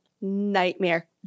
nightmare